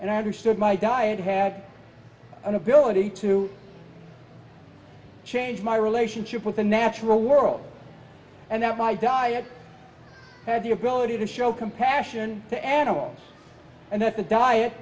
understood my diet had an ability to change my relationship with the natural world and that my diet had the ability to show compassion to animals and that the diet